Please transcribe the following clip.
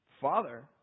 father